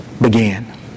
began